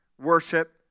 Worship